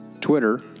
Twitter